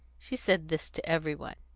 she said this to every one.